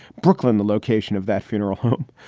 brooklyn, the location of that funeral home,